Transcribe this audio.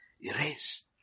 Erase